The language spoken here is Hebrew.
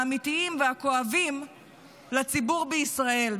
האמיתיים והכואבים לציבור בישראל.